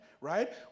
right